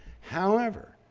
however,